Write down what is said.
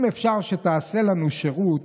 אם אפשר שתעשה לנו שירות,